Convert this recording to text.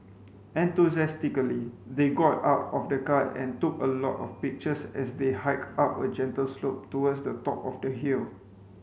enthusiastically they got out of the car and took a lot of pictures as they hiked up a gentle slope towards the top of the hill